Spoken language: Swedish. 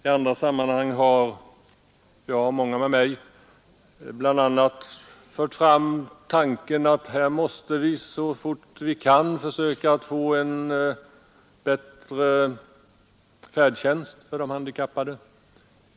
I andra sammanhang har jag och många med mig bl.a. fört fram tanken att vi så fort vi kan måste försöka få en bättre färdtjänst för de handikappade.